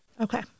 Okay